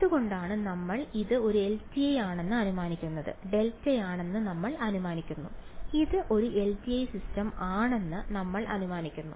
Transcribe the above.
എന്തുകൊണ്ടാണ് നമ്മൾ ഇത് ഒരു LTI ആണെന്ന് അനുമാനിക്കുന്നത് ഡെൽറ്റയാണെന്ന് നമ്മൾ അനുമാനിക്കുന്നു ഇത് ഒരു എൽടിഐ സിസ്റ്റം ആണെന്ന് നമ്മൾ അനുമാനിക്കുന്നു